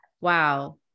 Wow